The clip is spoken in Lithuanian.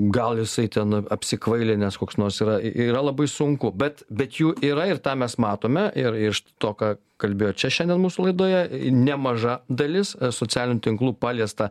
gal jisai ten apsikvailinęs koks nors yra yra labai sunku bet bet jų yra ir tą mes matome ir iš to ką kalbėjo čia šiandien mūsų laidoje nemaža dalis socialinių tinklų paliesta